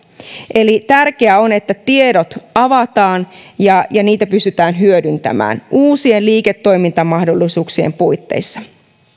eli tärkeää on että tiedot avataan ja ja niitä pystytään hyödyntämään uusien liiketoimintamahdollisuuksien puitteissa